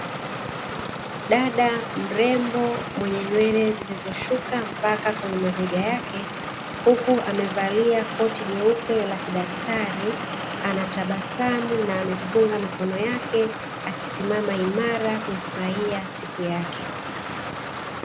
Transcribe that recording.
Dada mrembo mwenye nywele zilizoshuka mpaka kwenye mabega yake, huku amevalia koti jeupe la kidaktari, anatabasamu na amefunga mikono yake. Akisimama imara kuifurahia siku yake.